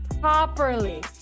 properly